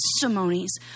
testimonies